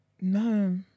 No